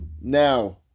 now